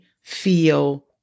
feel